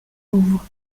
douvres